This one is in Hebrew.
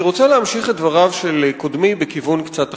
אני רוצה להמשיך את דבריו של קודמי בכיוון קצת אחר.